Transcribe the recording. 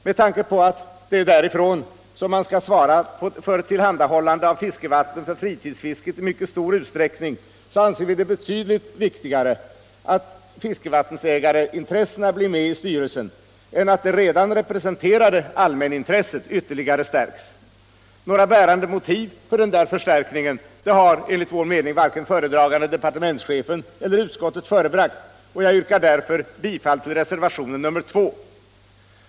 Med tanke på att det är därifrån som man i mycket stor utsträckning skall svara för tillhandahållandet av fiskevatten för fritidsfisket anser vi det vara betydligt viktigare att fiskevattenägarintressena blir företrädda i styrelsen än att det redan representerade allmänintresset förstärks ytterligare. Några bärande motiv för den förstärkningen har enligt vår mening varken föredragande departementschefen eller utskottet förebragt. Jag yrkar därför bifall till reservationen 2.